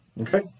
Okay